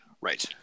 Right